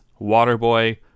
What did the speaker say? Waterboy